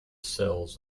sills